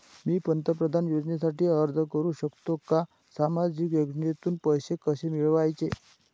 मी पंतप्रधान योजनेसाठी अर्ज करु शकतो का? सामाजिक योजनेतून पैसे कसे मिळवायचे